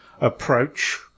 approach